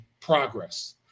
progress